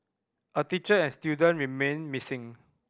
a teacher and student remain missing